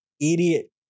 idiot